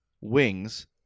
wings